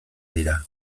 dira